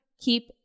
keep